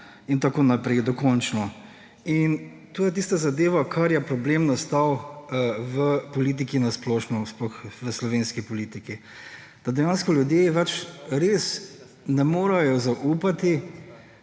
in tako naprej, dokončno. In to je tista zadeva, zaradi česar je problem nastal v politiki splošno, sploh v slovenski politiki. Da dejansko ljudje več ne morejo zaupati